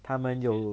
他们有